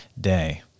day